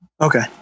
Okay